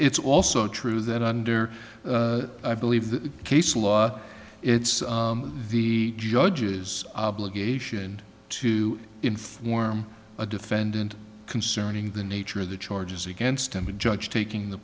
it's also true that under i believe the case law it's the judge's obligation to inform a defendant concerning the nature of the charges against him a judge taking the